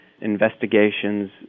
investigations